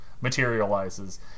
materializes